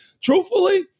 truthfully